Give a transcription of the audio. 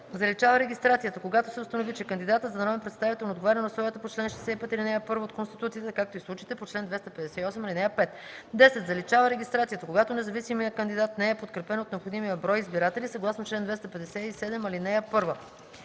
заличава регистрацията, когато се установи, че кандидатът за народен представител не отговаря на условията по чл. 65, ал. 1 от Конституцията, както и в случаите по чл. 258, ал. 5; 10. заличава регистрацията, когато независимият кандидат не е подкрепен от необходимия брой избиратели съгласно чл. 257, ал. 1; 11.